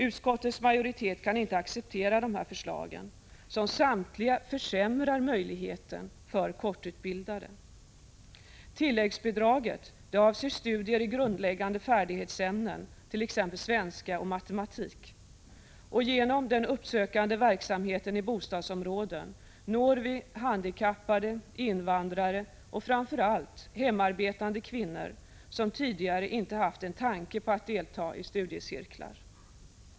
Utskottets majoritet kan inte acceptera de här förslagen, som samtliga försämrar möjligheterna för kortutbildade. Tilläggsbidraget avser studier i grundläggande färdighetsämnen, t.ex. svenska och matematik. Genom den uppsökande verksamheten i bostadsområden når vi handikappade, invandrare och framför allt hemarbetande kvinnor som tidigare inte haft en tanke på att delta i studiecirklar.